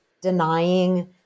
denying